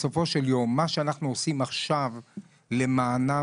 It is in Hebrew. מה שאנחנו עושים עכשיו עבורם,